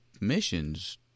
missions